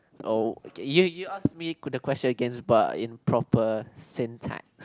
oh okay you you ask me the question against but in proper syntax